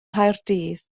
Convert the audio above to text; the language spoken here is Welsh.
nghaerdydd